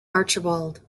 archibald